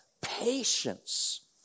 Patience